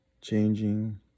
Changing